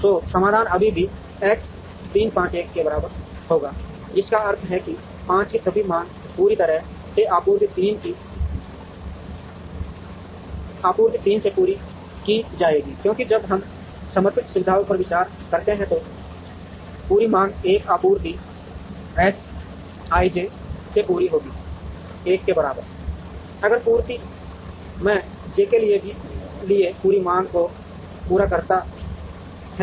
तो समाधान अभी भी X 3 5 1 के बराबर होगा जिसका अर्थ है कि 5 की सभी मांग पूरी तरह से आपूर्ति 3 से पूरी की जाएगी क्योंकि जब हम समर्पित सुविधाओं पर विचार करते हैं तो पूरी मांग 1 आपूर्ति X ij से पूरी होगी 1 के बराबर अगर आपूर्ति मैं j के लिए पूरी मांग को पूरा करता है